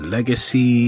Legacy